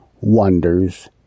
wonders